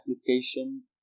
application